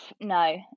no